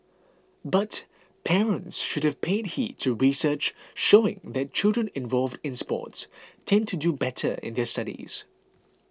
but parents should pay heed to research showing that children involved in sports tend to do better in their studies